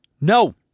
No